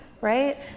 right